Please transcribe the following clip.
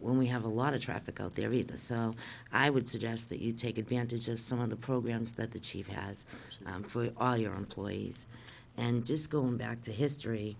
when we have a lot of traffic out there either so i would suggest that you take advantage of some of the programs that the chief has for all your employees and just going back to history